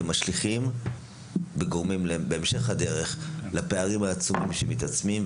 משליכים וגורמים להם בהמשך הדרך לפערים העצומים שמתעצמים,